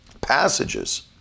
passages